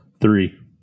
Three